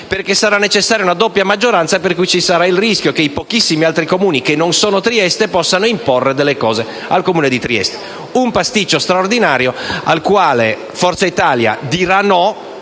perché sarà necessaria la doppia maggioranza per cui ci sarà il rischio che i pochissimi altri Comuni che non sono Trieste potranno imporre la propria volontà al Comune di Trieste. Si tratta di un pasticcio straordinario al quale Forza Italia dirà "no"